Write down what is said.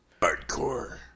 Hardcore